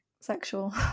sexual